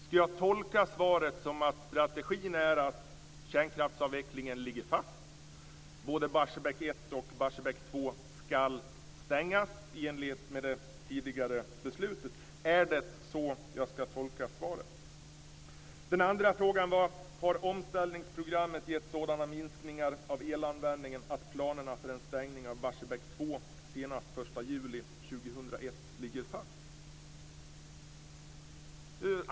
Skall jag tolka svaret som att strategin är att kärnkraftsavvecklingen ligger fast och att både Barsebäck 1 och 2 skall stängas i enlighet med det tidigare beslutet? Är det så jag skall tolka svaret? Den andra frågan var: Har omställningsprogrammet gett sådana minskningar av elanvändningen att stängningen av Barsebäck 2 senast den 1 juli år 2001 ligger fast?